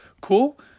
cool